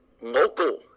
local